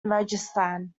rajasthan